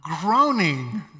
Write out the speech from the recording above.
groaning